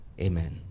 amen